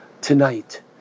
tonight